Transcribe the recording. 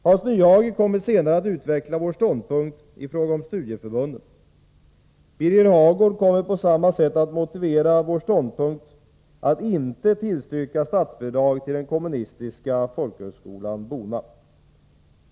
Hans Nyhage kommer senare att utveckla vår ståndpunkt i fråga om studieförbunden. Birger Hagård kommer på samma sätt att motivera vår ståndpunkt att inte tillstyrka statsbidrag till den kommunistiska folkhögskolan i Bona.